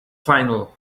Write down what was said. final